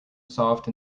soft